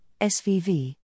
SVV